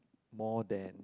more then